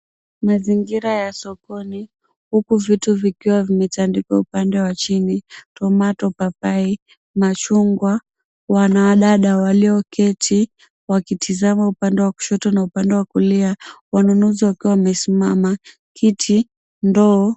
Mazingira ya sokoni huku vitu vikiwa vimetandikwa upande wa chini tomato , papai, machungwa, wanadada walioketi wakitizama upande wa kushoto na upande wa kulia, wanunuzi wakiwa wamesimama, kiti, ndoo.